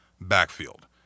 backfield